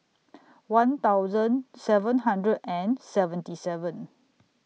one thousand seven hundred and seventy seven